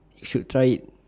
should try it